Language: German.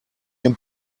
dem